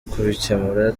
kubikemura